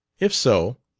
if so,